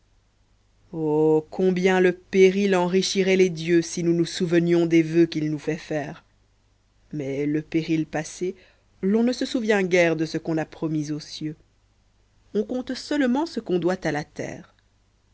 combien le péril enrichirait les dieux si nous nous souvenions des vœux qu'il nous fait faire mais le péril passé l'on ne se souvient guère de ce qu'on a promis aux cieux ou compte seulement ce qu'on doit à la terre